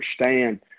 understand